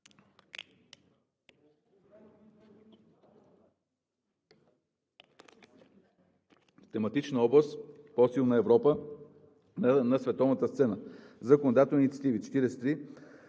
тематична област – По-силна Европа на световната сцена Законодателни инициативи 43.